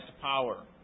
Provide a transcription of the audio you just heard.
power